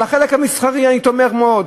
בחלק של המסחר אני תומך מאוד,